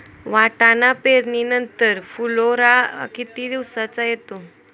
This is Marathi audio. वाटाणा पेरणी नंतर फुलोरा किती दिवसांनी येतो?